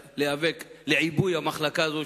לעיבוי המחלקה הזאת,